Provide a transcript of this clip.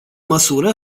măsură